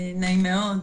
נעים מאוד,